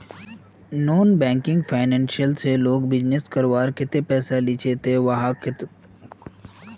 Non banking financial से लोग business करवार केते पैसा लिझे ते वहात कुंसम करे पैसा जमा करो जाहा?